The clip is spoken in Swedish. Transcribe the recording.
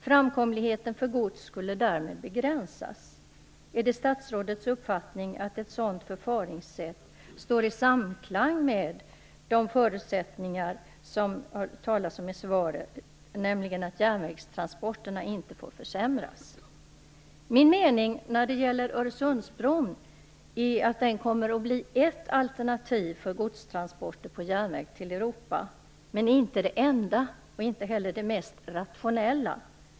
Framkomligheten för gods skulle därmed begränsas. Är det statsrådets uppfattning att ett sådant förfaringssätt står i samklang med de förutsättningar det talas om i svaret, alltså att järnvägstransporterna inte får försämras? Min mening när det gäller Öresundsbron är att den kommer att bli ett alternativ för godstransporter på järnväg till Europa, men inte det enda, och inte heller det mest rationella.